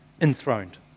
enthroned